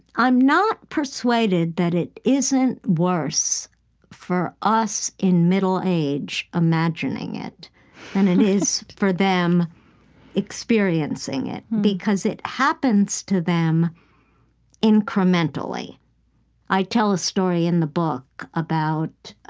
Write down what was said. i'm not persuaded that it isn't worse for us in middle age imagining it than and it is for them experiencing it because it happens to them incrementally i tell a story in the book about